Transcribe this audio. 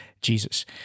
Jesus